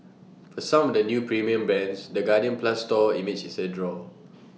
for some of the new premium brands the guardian plus store image is A draw